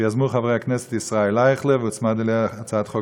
שיזם חבר הכנסת ישראל אייכלר והוצמדה אליה הצעת החוק